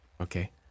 okay